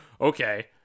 okay